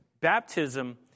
baptism